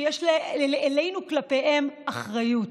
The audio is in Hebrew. ויש לנו כלפיהם אחריות,